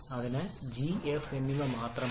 അതിനാൽ g f എന്നിവ മാത്രം മതി